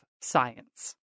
science